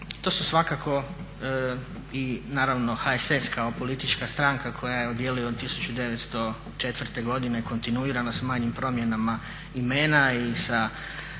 To su svakako i HSS kao politička stranka koja djeluje od 1904.godine kontinuirano s manjim promjenama imena i sa